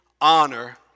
honor